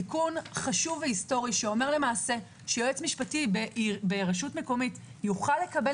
תיקון חשוב והיסטורי שאומר שיועץ משפטי ברשות מקומית יוכל לקבל